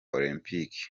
olympique